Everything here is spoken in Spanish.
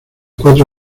cuatro